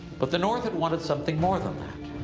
but the north had wanted something more than that.